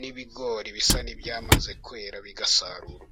n'ibigori bisa n'ibyamaze kwera bigasarura.